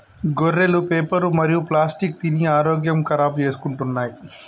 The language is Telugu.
గొర్రెలు పేపరు మరియు ప్లాస్టిక్ తిని ఆరోగ్యం ఖరాబ్ చేసుకుంటున్నయ్